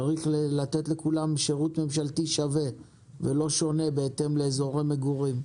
צריך לתת לכולם שירות ממשלתי שווה ולא שונה בהתאם לאזור מגורים.